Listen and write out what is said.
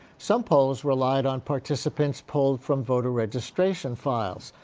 some polls relied on participants pulled from voter registration files.